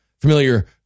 familiar